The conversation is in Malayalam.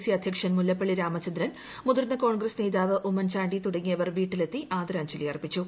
സി അധൃക്ഷൻ മുല്ലപ്പള്ളി രാമചന്ദ്രരൂ മുതിർന്ന കോൺഗ്രസ് നേതാവ് ഉമ്മൻചാണ്ടി തുടങ്ങിയവർ വീട്ടിലെത്തി ആദരാഞ്ജലി അർപ്പിച്ചു